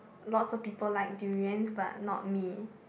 lots of people like durians but not me